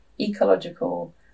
ecological